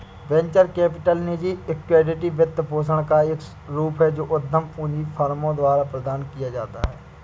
venture capital निजी equity वित्तपोषण का एक रूप है जो उद्यम पूंजी फर्मों द्वारा प्रदान किया जाता है